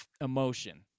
emotion